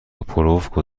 پرو